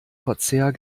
verzehr